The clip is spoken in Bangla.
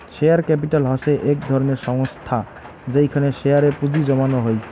শেয়ার ক্যাপিটাল হসে এক ধরণের সংস্থা যেইখানে শেয়ার এ পুঁজি জমানো হই